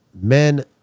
men